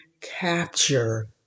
capture